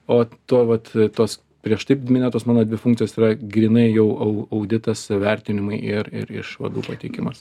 o vat tos prieš tai minėtos mano dvi funkcijos yra grynai jau au auditas vertinimai ir ir išvadų pateikimas